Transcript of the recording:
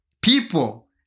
people